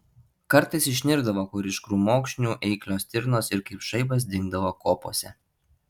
kartais išnirdavo kur iš krūmokšnių eiklios stirnos ir kaip žaibas dingdavo kopose